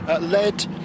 led